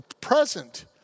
present